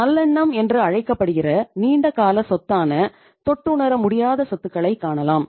நல்லெண்ணம் என்று அழைக்கப்படுகிற நீண்டகால சொத்தான தொட்டுணர முடியாத சொத்துக்களை காணலாம்